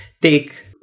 take